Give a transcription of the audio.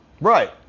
Right